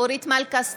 אורית מלכה סטרוק,